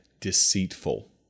deceitful